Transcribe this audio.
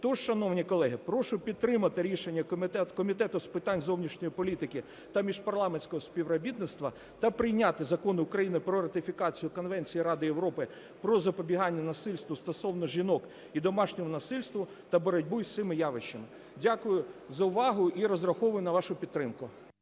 Тож, шановні колеги, прошу підтримати рішення Комітету з питань зовнішньої політики та міжпарламентського співробітництва та прийняти Закон України про ратифікацію Конвенції Ради Європи про запобігання насильству стосовно жінок і домашньому насильству та боротьбу із цими явищами. Дякую за увагу. І розраховую на вашу підтримку.